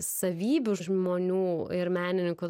savybių žmonių ir menininkų